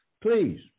please